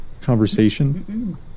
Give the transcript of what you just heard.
conversation